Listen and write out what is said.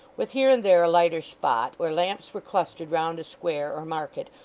with here and there a lighter spot, where lamps were clustered round a square or market,